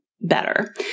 better